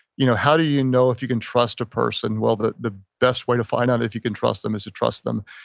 you know how do you know if you can trust a person? well, the the best way to find out if you can trust them is to trust them.